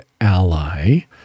Ally